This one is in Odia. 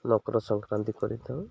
ମକର ସଂକ୍ରାନ୍ତି କରିଥାଉ